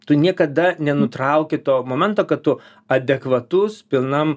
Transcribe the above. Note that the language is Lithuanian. tu niekada nenutrauki to momento kad tu adekvatus pilnam